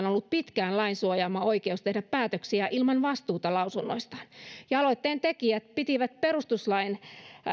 on ollut pitkään lain suojaama oikeus tehdä päätöksiä ilman vastuuta lausunnoistaan ja aloitteen tekijät pitivät perustuslain